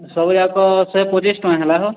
ସବୁ ଯାକ ସେ ପଚିଶ୍ ଟଙ୍କା ହେଲା ହୋ